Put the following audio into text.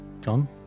John